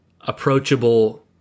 approachable